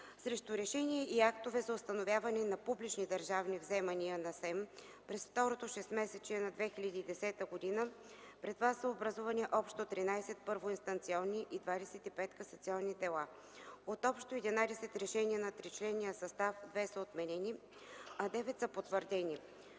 Срещу решения и актове за установяване на публични държавни вземания на СЕМ през второто шестмесечие на 2010 г. пред ВАС са образувани общо 13 първоинстанционни и 25 касационни дела. От общо 11 решения на тричленен състав 2 са отменени, а 9 са потвърдени,